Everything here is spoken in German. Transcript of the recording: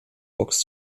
box